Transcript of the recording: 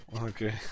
Okay